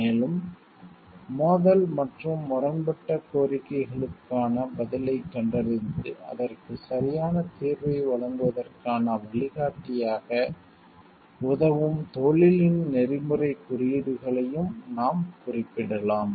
மேலும் மோதல் மற்றும் முரண்பட்ட கோரிக்கைகளுக்கான பதிலைக் கண்டறிந்து அதற்கு சரியான தீர்வை வழங்குவதற்கான வழிகாட்டியாக உதவும் தொழிலின் நெறிமுறைக் குறியீடுகளையும் நாம் குறிப்பிடலாம்